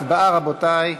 הצבעה, רבותי.